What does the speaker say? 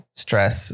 stress